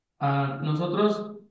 nosotros